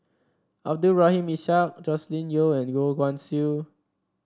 Abdul Rahim Ishak Joscelin Yeo and Goh Guan Siew